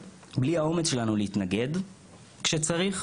בלי האומץ שלנו להתנגד כשצריך,